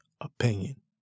opinion